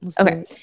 Okay